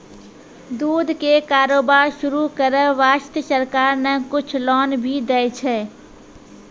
दूध के कारोबार शुरू करै वास्तॅ सरकार न कुछ लोन भी दै छै